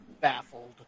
baffled